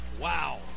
Wow